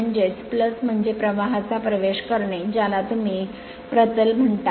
म्हणजेच म्हणजे प्रवाहाचा प्रवेश करणे ज्याला तुम्ही प्रतल म्हणता